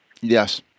Yes